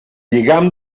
lligam